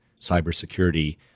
cybersecurity